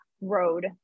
road